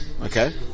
Okay